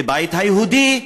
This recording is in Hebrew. בבית היהודי,